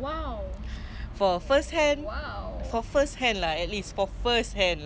!wow! first hand for first hand lah at least for first hand lah for class two B cause err every rider need to start at two B then baru two A then two so for two B motors for sports bike lah ada yang ten K ten K first hand